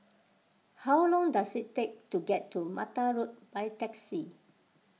how long does it take to get to Mattar Road by taxi